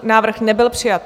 Návrh nebyl přijat.